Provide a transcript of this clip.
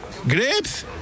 grapes